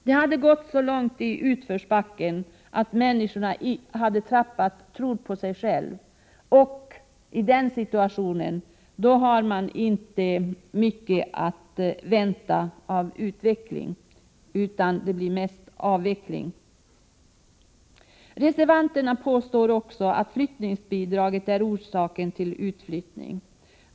Det hade gått så långt i utförsbacken att människorna tappat tron på sig själva. I en sådan situation har man inte mycket att vänta av utveckling, utan det blir mest avveckling. Reservanterna påstår också att flyttningsbidraget är orsaken till utflyttningen.